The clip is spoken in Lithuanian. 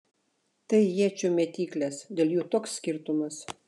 tai iečių mėtyklės dėl jų toks skirtumas